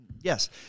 Yes